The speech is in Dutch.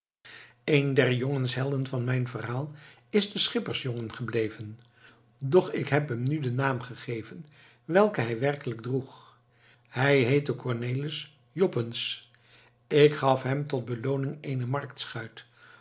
een der jongenshelden van mijn verhaal is de schippersjongen gebleven doch ik heb hem nu den naam gegeven welken hij werkelijk droeg hij heette cornelis joppensz ik gaf hem tot belooning eene marktschuit